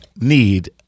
need